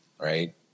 right